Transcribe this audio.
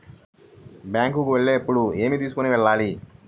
Bank కు వెళ్ళేటప్పుడు ఏమి తీసుకొని వెళ్ళాలి?